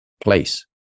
place